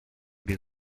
без